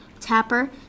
Tapper